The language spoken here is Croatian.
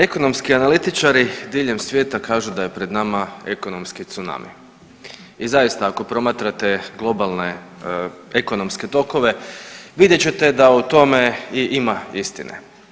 Ekonomski analitičari diljem svijeta kažu da je pred nama ekonomski tsunami i zaista, ako promatrate globalne ekonomske tokove, vidjet ćete da u tome i ima istine.